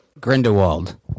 Grindelwald